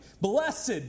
Blessed